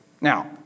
Now